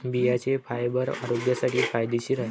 बियांचे फायबर आरोग्यासाठी फायदेशीर आहे